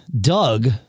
Doug